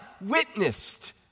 witnessed